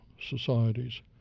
societies